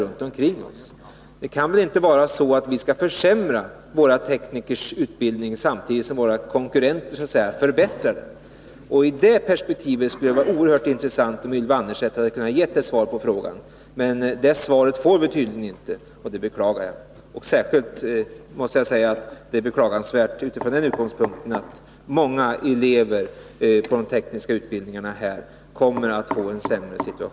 Vi skall väl inte försämra våra teknikers utbildning, samtidigt som våra konkurrenter förbättrar utbildningen för sina tekniker. I det perspektivet skulle det ha varit oerhört intressant om Ylva Annerstedt hade kunnat ge ett svar på frågan. Men det svaret får vi tydligen inte, och det beklagar jag.